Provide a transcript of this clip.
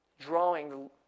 drawing